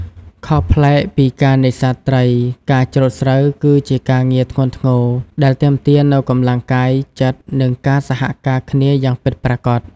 ខុសប្លែកពីការនេសាទត្រី ការច្រូតស្រូវគឺជាការងារធ្ងន់ធ្ងរដែលទាមទារនូវកម្លាំងកាយចិត្តនិងការសហការគ្នាយ៉ាងពិតប្រាកដ។